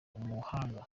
umuhanga